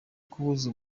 kubuza